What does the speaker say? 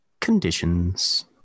conditions